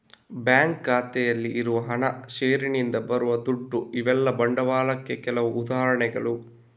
bank ಖಾತೆಯಲ್ಲಿ ಇರುವ ಹಣ, ಷೇರಿನಿಂದ ಬರುವ ದುಡ್ಡು ಇವೆಲ್ಲ ಬಂಡವಾಳಕ್ಕೆ ಕೆಲವು ಉದಾಹರಣೆಗಳು